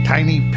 Tiny